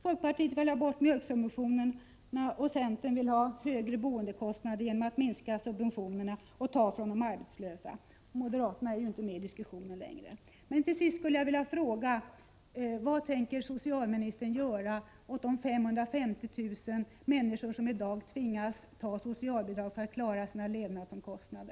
Folkpartiet vill ta bort mjölksubventionerna, och centerpartiet vill minska bostadssubventionerna och därmed höja boendekostnaderna och dessutom ta pengar ifrån de arbetslösa — moderaterna är ju inte med i diskussionerna längre.